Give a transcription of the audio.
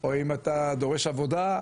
או אם אתה דורש עבודה,